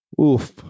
Oof